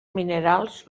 minerals